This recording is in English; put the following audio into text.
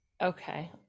Okay